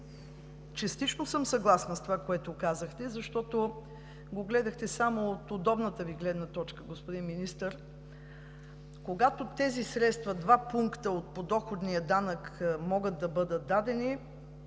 Частично съм съгласна с това, което казахте, защото го гледахте само от удобната Ви гледна точка, господин Министър. Когато тези средства – 2 пункта от подоходния данък, могат да бъдат дадени,